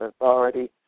authority